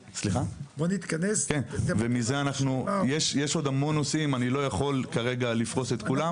יש עוד המון נושאים ואני לא יכול לפרוס את כולם.